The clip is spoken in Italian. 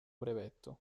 brevetto